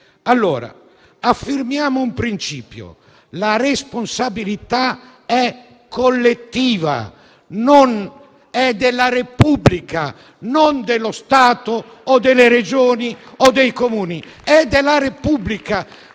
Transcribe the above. tempo. Affermiamo un principio: la responsabilità è collettiva, è della Repubblica, non dello Stato o delle Regioni o dei Comuni; è della Repubblica.